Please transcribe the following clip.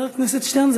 חבר הכנסת שטרן,